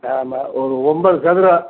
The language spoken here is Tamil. ஆமாம் ஒரு ஒம்போது சதுரம்